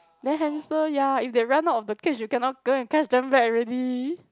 then hamster ya if they run out of the cage you cannot go and catch them back already